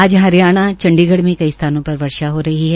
आज हरियाणा चंडीगढ़ में कई सथानों पर वर्षा हो रही है